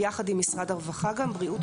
גם יחד עם משרד הרווחה בריאות,